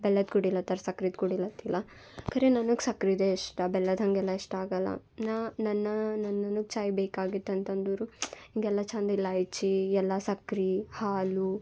ಬೆಲ್ಲದ್ದು ಕುಡಿಲತ್ತಾರೆ ಸಕ್ರಿದು ಕುಡಿಲತ್ತಿಲ್ಲ ಖರೆ ನನಗೆ ಸಕ್ರೆದೇ ಇಷ್ಟ ಬೆಲ್ಲದ್ದು ಹಾಗೆಲ್ಲ ಇಷ್ಟ ಆಗೋಲ್ಲ ನಾ ನನ್ನ ನನ್ನನು ಚಾಯ್ ಬೇಕಾಗಿತ್ತಂತಂದರು ಹಿಂಗೆಲ್ಲ ಚಂದ ಇಲಾಯ್ಚಿ ಎಲ್ಲ ಸಕ್ರೆ ಹಾಲು